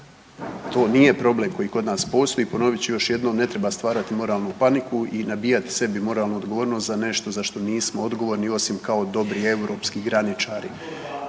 To nije problem koji kod nas postoji, ponovit ću još jednom, ne treba stvarati moralnu paniku i nabijati sebi moralnu odgovornost za nešto za što nismo odgovorni osim kao dobri europski graničari,